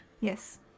Yes